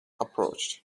approached